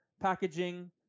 packaging